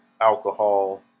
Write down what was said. alcohol